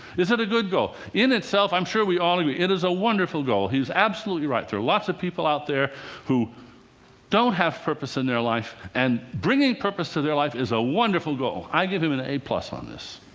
is it a good goal? in itself, i'm sure we all agree, it is a wonderful goal. he's absolutely right. there are lots of people out there who don't have purpose in their life, and bringing purpose to their life is a wonderful goal. i give him an a a on this.